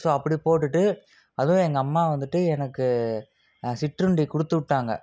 so அப்படி போட்டுகிட்டு அதுவும் எங்கள் அம்மா வந்துவிட்டு எனக்கு சிற்றுண்டி கொடுத்துவுட்டாங்க